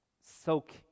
soak